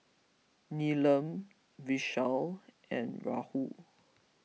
Neelam Vishal and Rahul